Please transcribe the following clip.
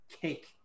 cake